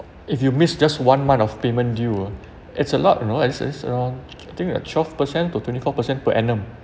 if you miss just one month of payment due ah it's a lot you know it's it's around I think ah twelve per cent to twenty four per cent per annum